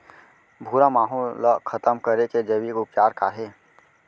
भूरा माहो ला खतम करे के जैविक उपचार का हे?